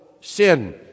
sin